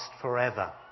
forever